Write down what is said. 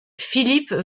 philippe